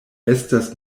estas